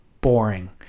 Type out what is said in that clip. boring